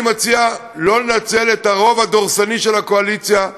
אני מציע שלא לנצל את הרוב הדורסני של הקואליציה,